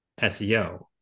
SEO